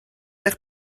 eich